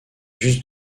juste